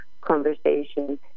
conversation